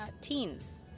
Teens